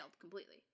completely